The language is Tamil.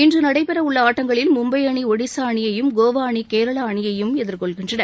இன்று நடைபெற உள்ள ஆட்டங்களில் மும்பை அணி ஒடிஷா அணியையும் கோவா அணி கேரளா அணியையும் எதிர்கொள்கின்றன